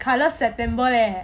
colour september leh